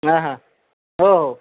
हां हां हो हो